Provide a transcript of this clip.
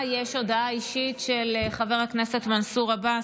לפי האינטרס שלנו ושל החברה הערבית.